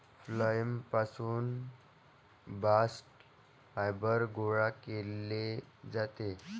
phloem पासून bast fibre गोळा केले जाते